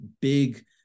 big